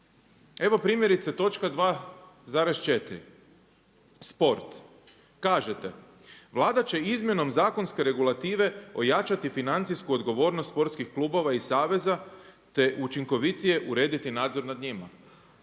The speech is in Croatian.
Evo primjerice točka 2,4 sport. Kažete: „Vlada će izmjenom zakonske regulative ojačati financijsku odgovornost sportskih klubova i saveza, te učinkovitije urediti nadzor nad njima.“